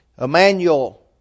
Emmanuel